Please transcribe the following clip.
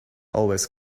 always